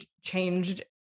changed